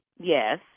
Yes